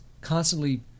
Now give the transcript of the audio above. constantly